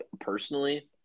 personally